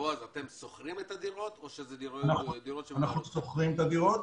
אתם שוכרים את הדירות או שאלה דירות --- אנחנו שוכרים את הדירות.